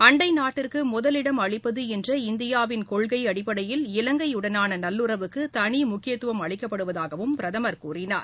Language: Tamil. அண்டை நாட்டிற்கு முதலிடம் அளிப்பது என்ற இந்தியாவின் கொள்கை அடிப்படையில் இலங்கையுடனான நல்லுறவுக்கு தனி முக்கியத்துவம் அளிக்கப்படுவதாகவும் பிரதமர் கூறினார்